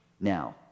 Now